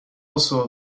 also